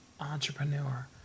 entrepreneur